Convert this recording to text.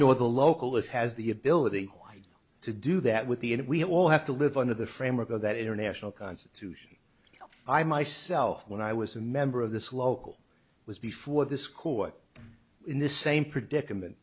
nor the local is has the ability to do that with the and we all have to live under the framework of that international constitution i myself when i was a member of this local was before this court in the same predicament